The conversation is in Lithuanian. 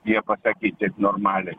nieko sakyt taip normaliai